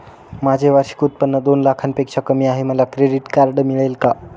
माझे वार्षिक उत्त्पन्न दोन लाखांपेक्षा कमी आहे, मला क्रेडिट कार्ड मिळेल का?